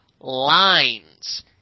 lines